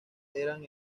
eran